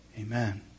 Amen